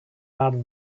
are